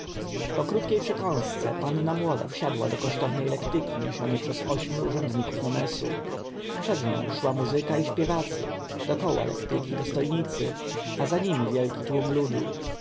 po krótkiej przekąsce panna młoda wsiadła do kosztownej lektyki niesionej przez ośmiu urzędników nomesu przed nią szła muzyka i śpiewacy dokoła lektyki dostojnicy a za nimi wielki tłum ludu